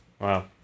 Wow